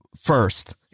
first